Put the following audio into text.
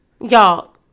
y'all